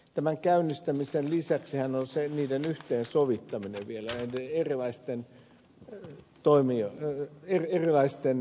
tämän käynnistämisen lisäksihän on vielä niiden erilaisten suunnitelmien yhteensovittaminen